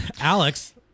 Alex